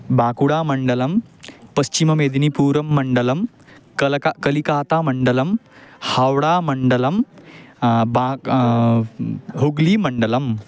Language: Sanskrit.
बाकुडामण्डलं पश्चिममेदिनीपुरं मण्डलं कलक कलिकातमण्डलं हाव्डामण्डलं बाक हुग्लिमण्डलम्